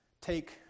take